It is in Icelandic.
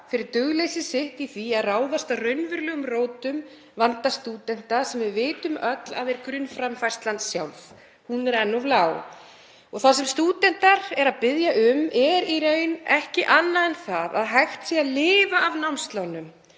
fyrir dugleysi í að ráðast að raunverulegum rótum vanda stúdenta sem við vitum öll að er grunnframfærslan sjálf. Hún er enn of lág. Það sem stúdentar eru að biðja um er í raun ekki annað en að hægt sé að lifa af námslánum